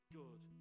good